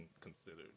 Considered